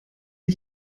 ich